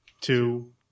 two